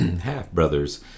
half-brothers